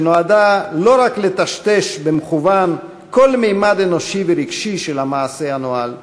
שנועדה לא רק לטשטש במכוון כל ממד אנושי ורגשי של המעשה הנואל,